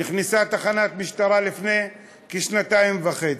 נכנסה תחנת משטרה לפני כשנתיים וחצי.